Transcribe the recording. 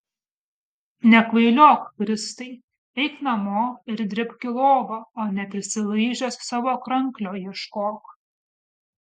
nekvailiok kristai eik namo ir dribk į lovą o ne prisilaižęs savo kranklio ieškok